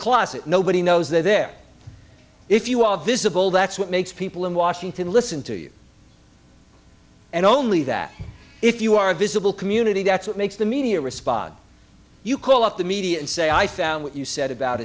closet nobody knows they're there if you are visible that's what makes people in washington listen to you and only that if you are a visible community that's what makes the media respond you call up the media and say i found what you said about